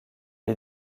est